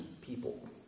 people